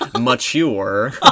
mature